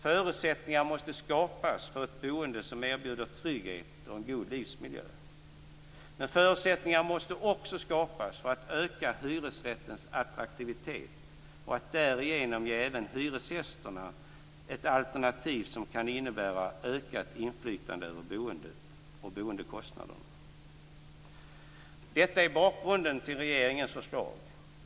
Förutsättningar måste skapas för ett boende som erbjuder trygghet och en god livsmiljö. Men förutsättningar måste också skapas för att öka hyresrättens attraktivitet och därigenom ge även hyresgästerna ett alternativ som kan innebära ökat inflytande över boendet och boendekostnaderna. Detta är bakgrunden till regeringens förslag.